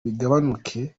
bigabanuke